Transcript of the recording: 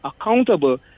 accountable